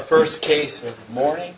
first case morning